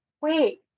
wait